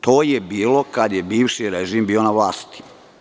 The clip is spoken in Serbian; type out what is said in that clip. To je bilo kada je bivši režim bio na vlasti.